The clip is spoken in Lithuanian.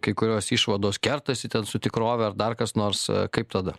kai kurios išvados kertasi su tikrove ar dar kas nors kaip tada